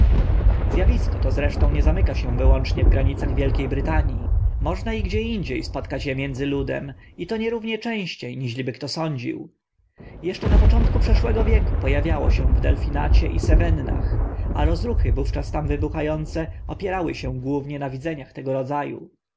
awisko to zresztą nie zamyka się wyłącznie w granicach wielkie brytanii można i gdzie indzie spotkać e między ludem i to nierównie częście niźliby kto sądził jeszcze na początku przeszłego wieku po awiało się w delfinacie i sewennach a rozruchy wówczas tam wybucha ące opierały się głównie na widzeniach tego rodza